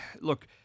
look